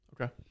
Okay